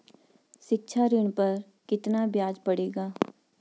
शिक्षा ऋण पर कितना ब्याज पड़ेगा?